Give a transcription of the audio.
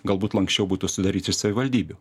galbūt lanksčiau būtų sudaryt iš savivaldybių